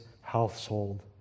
household